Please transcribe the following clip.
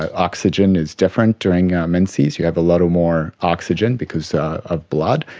ah oxygen is different during menses, you have a lot more oxygen because of blood,